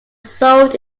sold